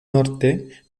norte